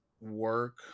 work